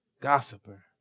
gossiper